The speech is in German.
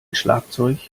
schlagzeug